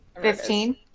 Fifteen